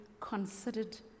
considered